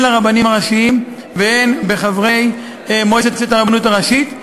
לרבנים הראשיים והן לחברי מועצת הרבנות הראשית.